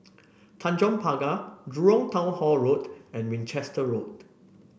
Tanjong Pagar Jurong Town Hall Road and Winchester Road